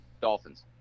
Dolphins